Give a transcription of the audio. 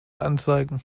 anzeigen